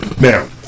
Now